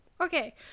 Okay